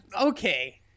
Okay